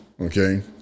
okay